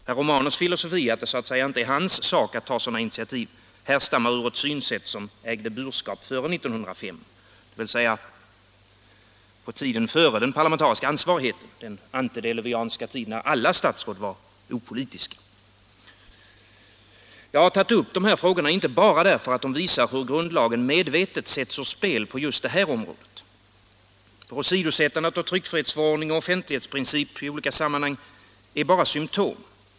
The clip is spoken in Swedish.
Herr Romanus filosofi att det inte är hans sak att ta sådana initiativ härstammar från ett synsätt som ägde burskap före 1905, dvs. på tiden före den parlamentariska ansvarigheten, den antediluvianska tid när alla statsråd var opolitiska. Jag har tagit upp dessa frågor inte bara därför att de visar hur grundlagen medvetet sätts ur spel på just detta område. Åsidosättandet av tryckfrihetsförordning och offentlighetsprincip i olika sammanhang är bara symtom.